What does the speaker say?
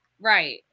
Right